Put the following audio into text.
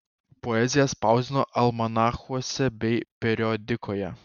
poeziją spausdino almanachuose bei periodikoje